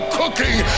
cooking